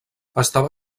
estava